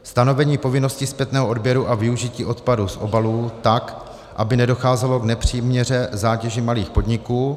Stanovení povinnosti zpětného odběru a využití odpadu z obalů tak, aby nedocházelo k nepřiměřené zátěži malých podniků.